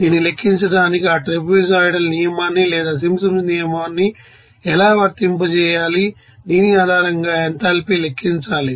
దీన్ని లెక్కించడానికి ఆ ట్రాపెజోయిడల్ నియమాన్ని లేదా సింప్సన్స్ నియమాన్ని ఎలా వర్తింపజేయాలి దీని ఆధారంగా ఎంథాల్పీ లెక్కించాలి